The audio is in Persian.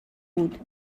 بود